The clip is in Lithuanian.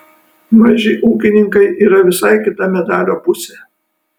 maži ūkininkai yra visai kita medalio pusė